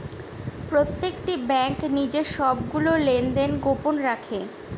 প্রত্যেকটি ব্যাঙ্ক নিজের সবগুলো লেনদেন গোপন রাখে